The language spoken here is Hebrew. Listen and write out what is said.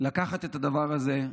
לקחת את הדבר הזה,